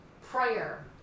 prayer